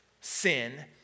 sin